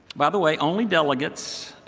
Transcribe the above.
but the way, only delegates